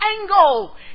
angle